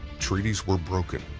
treaties were broken.